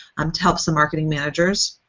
um to help some marketing managers.